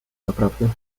naprawdę